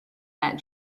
that